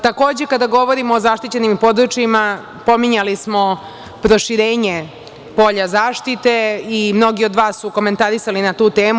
Takođe, kada govorimo o zaštićenim područjima pominjali smo proširenje polja zaštite i mnogi od vas su komentarisali na tu temu.